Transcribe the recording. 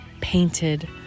painted